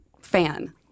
fan